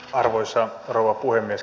arvoisa rouva puhemies